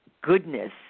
goodness